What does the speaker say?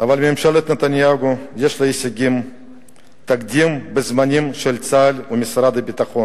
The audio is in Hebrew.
אבל לממשלת נתניהו יש הישג חסר תקדים בכל הזמנים של צה"ל ומשרד הביטחון,